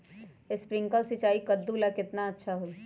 Sprinkler सिंचाई कददु ला केतना अच्छा होई?